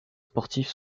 sportifs